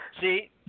see